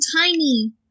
tiny